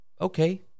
Okay